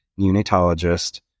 neonatologist